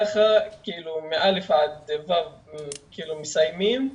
כשכיתות א'-ו' מסיימים.